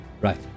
Right